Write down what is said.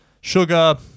sugar